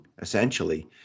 essentially